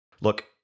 Look